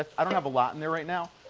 i don't have a lot in there right now,